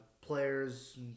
players